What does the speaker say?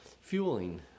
fueling